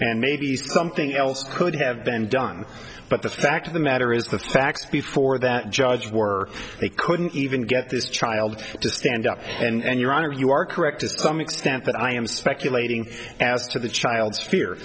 and maybe something else could have been done but the fact of the matter is the facts before that judge were they couldn't even get this child to stand up and your honor you are correct to some extent that i am speculating as to the child's fear